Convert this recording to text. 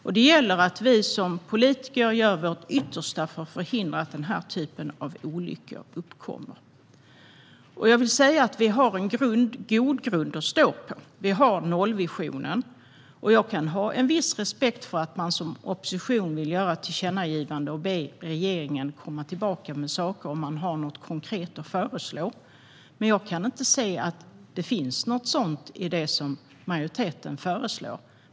Det gäller att vi som politiker gör vårt yttersta för att förhindra att denna typ av olyckor uppkommer. Jag vill säga att vi har en god grund att stå på: Vi har nollvisionen. Jag kan ha en viss respekt för att man som opposition vill att riksdagen gör ett tillkännagivande och ber regeringen att komma tillbaka med saker - om man har något konkret att föreslå. Men jag kan inte se att det finns något sådant i det som majoriteten föreslår.